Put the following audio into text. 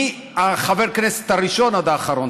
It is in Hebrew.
מחבר הכנסת הראשון עד האחרון.